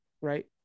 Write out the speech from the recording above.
right